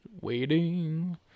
Waiting